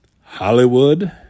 Hollywood